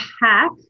hack